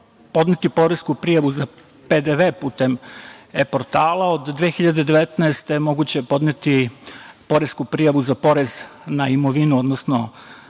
podneti poresku prijavu za PDV putem e-portala, a od 2019. godine moguće je podneti poresku prijavu za porez na imovinu, odnosno